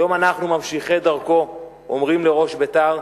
היום אנחנו, ממשיכי דרכו, אומרים לראש בית"ר: